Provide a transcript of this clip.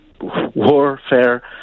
warfare